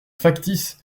factice